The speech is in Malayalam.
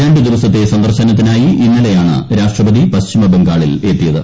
രണ്ട് ദിവസത്തെ സന്ദർശനത്തിനായി ഇന്നലെയാണ് രാഷ്ട്രപതി പശ്ചിമബംഗാളിൽ എത്തിയത്